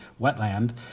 wetland